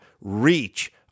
reach